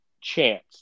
chance